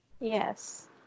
Yes